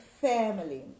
family